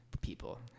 people